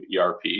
ERP